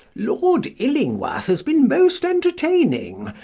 lord illingworth has been most entertaining.